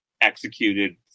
executed